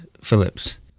Phillips